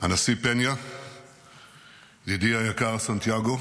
הנשיא פניה, ידידי היקר סנטיאגו